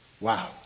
Wow